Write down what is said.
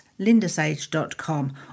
lindasage.com